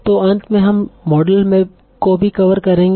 तो अंत में हम मॉडल को भी कवर करेंगे